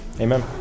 Amen